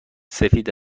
سفید